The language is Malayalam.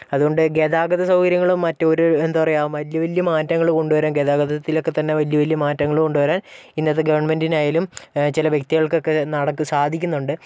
അതുകൊണ്ട് ഗതാഗത സൗകര്യങ്ങളും മറ്റൊരു എന്താ പറയുക വലിയ വലിയ മാറ്റങ്ങള് കൊണ്ട് വരാൻ ഗതാഗതത്തിലൊക്കെ തന്നെ വലിയ വലിയ മാറ്റങ്ങള് കൊണ്ട് വരാൻ ഇന്നത്തെ ഗവൺമെന്റീനയാലും ചില വ്യക്തികൾക്കൊക്കെ നടക്ക് സാധിക്കുന്നുണ്ട്